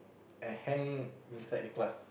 and hang inside the class